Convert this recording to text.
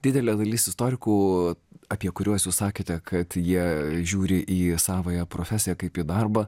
didelė dalis istorikų apie kuriuos jūs sakėte kad jie žiūri į savąją profesiją kaip į darbą